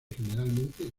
generalmente